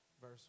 verse